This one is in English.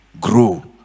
grow